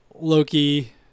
Loki